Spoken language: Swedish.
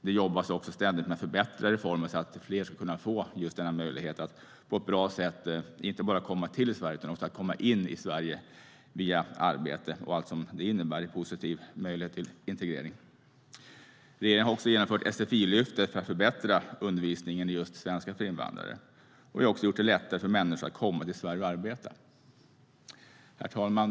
Det jobbas också ständigt med att förbättra reformen så att fler ska få möjlighet att på ett bra sätt inte bara komma till Sverige utan också komma in i Sverige via arbete och allt som det innebär i positiv möjlighet till integrering. Regeringen har också genomfört Sfi-lyftet för att förbättra undervisningen i svenska för invandrare. Regeringen har också gjort det lättare för människor att komma till Sverige och arbeta. Herr talman!